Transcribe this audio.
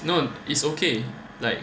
no it's okay like